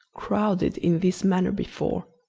crowded in this manner before.